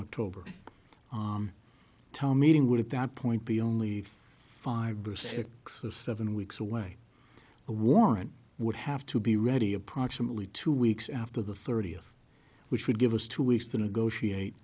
october tom meeting would at that point be only five or six or seven weeks away the warrant would have to be ready approximately two weeks after the thirtieth which would give us two weeks the negotiate